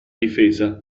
difesa